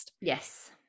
yes